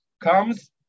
comes